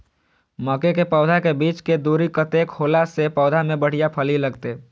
मके के पौधा के बीच के दूरी कतेक होला से पौधा में बढ़िया फली लगते?